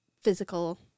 physical